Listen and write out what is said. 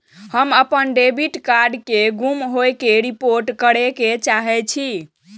हम अपन debit card के गुम होय के रिपोर्ट करे के चाहि छी